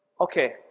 Okay